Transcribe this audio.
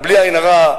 ובלי עין הרע,